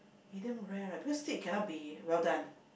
medium rare right because steak cannot be well done